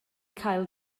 cael